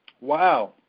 wow